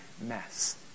mess